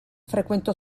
frequentò